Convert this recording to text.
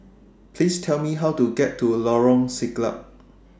Please Tell Me How to get to Lorong Siglap